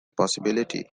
possibility